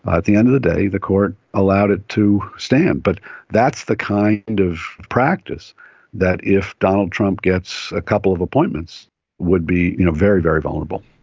at the end of the day the court allowed it to stand. but that's the kind of practice that if donald trump gets a couple of appointments would be you know very, very vulnerable.